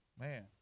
Man